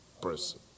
person